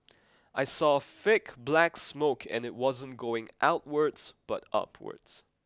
I saw a thick black smoke and it wasn't going outwards but upwards